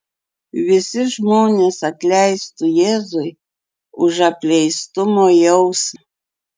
visi žmonės atleistų jėzui už apleistumo jausmą